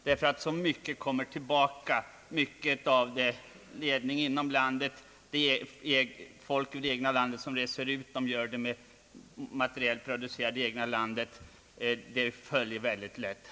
Det är så mycket som kommer tillbaka till det egna landet.